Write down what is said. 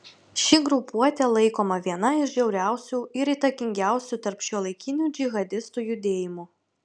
ši grupuotė laikoma viena iš žiauriausių ir įtakingiausių tarp šiuolaikinių džihadistų judėjimų